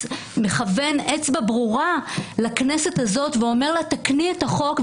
מכוון אצבע ברורה לכנסת הזאת ואומר לה: תקני את החוק,